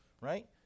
right